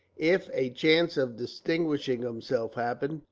if a chance of distinguishing himself happened,